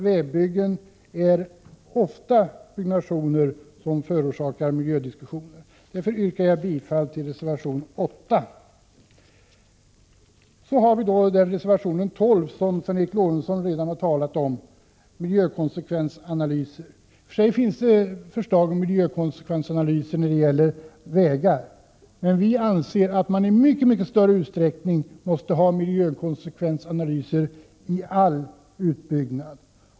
Vägbyggen är ofta byggnationer som förorsakar miljödiskussioner. Därför yrkar jag bifall till reservation 8. Sedan har vi reservation 12, som Sven Eric Lorentzon redan har talat om. Den handlar om miljökonsekvensanalyser. I och för sig finns det förslag om miljökonsekvensanalyser när det gäller vägar. Men vi anser att man i mycket större utsträckning måste ha miljökonsekvensanalyser vid all utbyggnad.